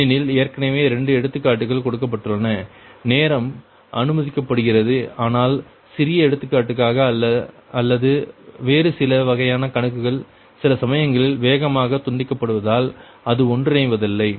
ஏனெனில் ஏற்கனவே 2 எடுத்துக்காட்டுகள் கொடுக்கப்பட்டுள்ளன நேரம் அனுமதிக்கப்படுகிறது ஆனால் சிறிய எடுத்துக்காட்டுக்காக அல்லது வேறு சில வகையான கணக்குகள் சில சமயங்களில் வேகமாக துண்டிக்கப்படுவதால் அது ஒன்றிணைவதில்லை